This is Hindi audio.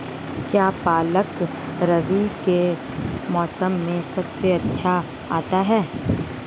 क्या पालक रबी के मौसम में सबसे अच्छा आता है?